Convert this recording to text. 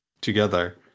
together